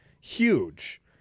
Huge